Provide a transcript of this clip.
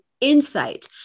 insight